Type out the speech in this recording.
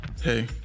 Hey